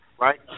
right